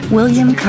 William